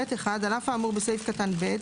(ב1) על אף האמור בסעיף קטן (ב),